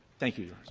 thank you,